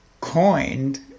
coined